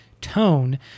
tone